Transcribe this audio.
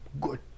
good